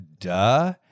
duh